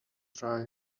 try